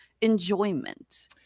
enjoyment